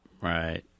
Right